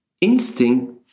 Instinct